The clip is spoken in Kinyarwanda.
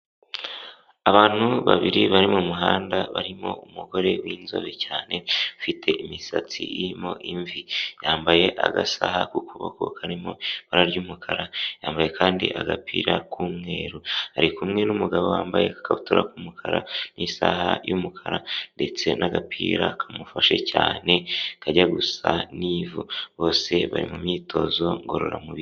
Abantu babiri bari mu muhanda barimo umugore w'inzobe cyane ufite imisatsi irimo imvi, yambaye agasaha ku kuboko karimo ibara ry'umukara, yambaye kandi agapira k'umweru, ari kumwe n'umugabo wambaye agakabutura k'umukara n'isaha y'umukara ndetse n'agapira kamufashe cyane kajya gusa n'ivu, bose bari mu myitozo ngororamubiri.